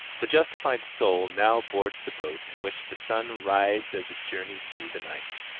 the justified soul now boards the boat in which the sun rides as it journeys through the night.